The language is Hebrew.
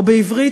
או בעברית,